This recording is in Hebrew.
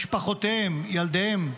משפחותיהם, ילדיהם,